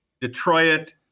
Detroit